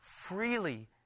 freely